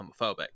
homophobic